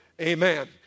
Amen